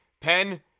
Pen